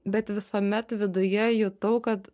bet visuomet viduje jutau kad